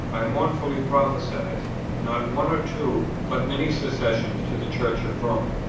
i mournfully prophesy, not one or two, but many secessions to the church of rome.